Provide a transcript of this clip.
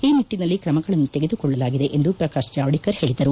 ಈ ನಿಟ್ಟನಲ್ಲಿ ಕ್ರಮಗಳನ್ನು ತೆಗೆದುಕೊಳ್ಳಲಾಗಿದೆ ಎಂದು ಪ್ರಕಾಶ್ ಜಾವಡೇಕರ್ ಹೇಳಿದರು